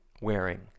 wearing